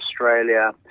Australia